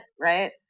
right